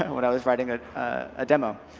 when i was writing a ah demo.